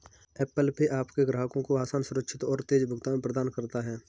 Apple Pay आपके ग्राहकों को आसान, सुरक्षित और तेज़ भुगतान प्रदान करता है